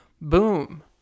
boom